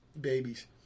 babies